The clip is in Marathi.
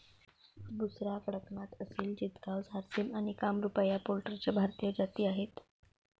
बुसरा, कडकनाथ, असिल चितगाव, झारसिम आणि कामरूपा या पोल्ट्रीच्या भारतीय जाती आहेत